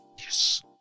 Yes